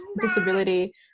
disability